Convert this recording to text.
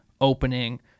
opening